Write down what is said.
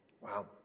Wow